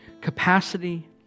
capacity